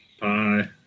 Bye